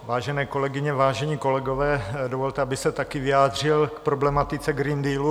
Vážené kolegyně, vážení kolegové, dovolte, abych se taky vyjádřil k problematice Green Dealu.